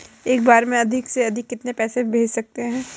एक बार में अधिक से अधिक कितने पैसे भेज सकते हैं?